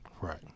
Right